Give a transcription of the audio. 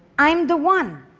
i'm the one.